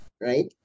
right